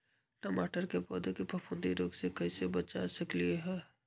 टमाटर के पौधा के फफूंदी रोग से कैसे बचा सकलियै ह?